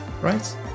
Right